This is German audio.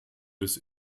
des